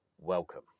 welcome